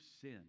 sin